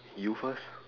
you first